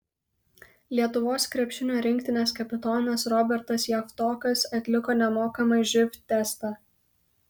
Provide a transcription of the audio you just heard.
lietuvos krepšinio rinktinės kapitonas robertas javtokas atliko nemokamą živ testą